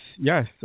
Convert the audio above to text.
yes